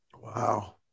Wow